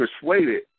persuaded